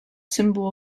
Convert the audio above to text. symbol